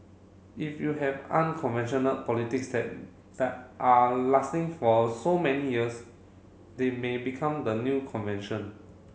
if you have unconventional politics that that are lasting for so many years they may become the new convention